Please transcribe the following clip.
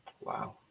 Wow